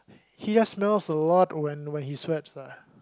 he just smells a lot when when he sweats lah